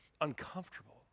uncomfortable